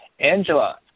Angela